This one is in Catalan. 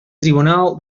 tribunal